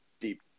deep